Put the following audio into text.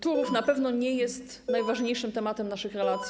Turów na pewno nie jest najważniejszym tematem naszych relacji.